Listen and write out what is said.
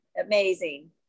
amazing